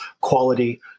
quality